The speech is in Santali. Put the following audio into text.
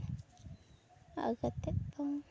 ᱟᱹᱜᱩ ᱠᱟᱛᱮ ᱫᱚ